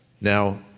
Now